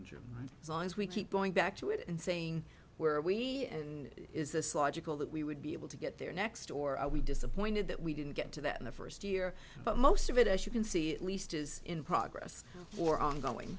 as long as we keep going back to it and saying where are we and is this logical that we would be able to get there next or are we disappointed that we didn't get to that in the first year but most of it as you can see at least is in progress or ongoing